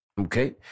Okay